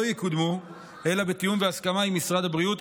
יקודמו אלא בתיאום ובהסכמה עם משרד הבריאות,